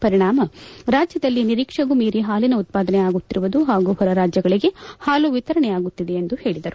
ಪರಿಣಾಮ ರಾಜ್ಯದಲ್ಲಿ ನಿರೀಕ್ಷೆಗೂ ಮೀರಿ ಹಾಲಿನ ಉತ್ಪಾದನೆ ಆಗುತ್ತಿರುವುದು ಹಾಗೂ ಹೊರ ರಾಜ್ಯಗಳಿಗೆ ಹಾಲು ವಿತರಣೆಯಾಗುತ್ತಿದೆ ಎಂದು ಹೇಳದರು